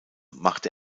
machte